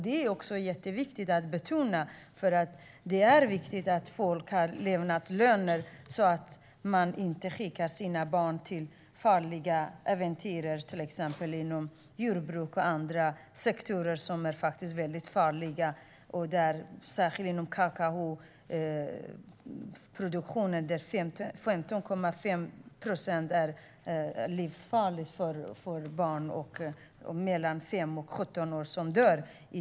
Det är jätteviktigt att betona detta, för det är viktigt att folk har levnadslöner så att de inte skickar sina barn på farliga äventyr till exempel inom jordbruk och andra sektorer som är väldigt farliga. Särskilt kakaoproduktionen är livsfarlig; där dör många barn mellan 5 och 17 år.